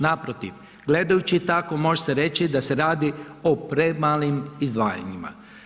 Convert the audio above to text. Naprotiv, gledajući tako može se reći da se radi o premalim izdvajanjima.